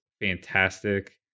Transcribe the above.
fantastic